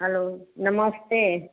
hello नमस्ते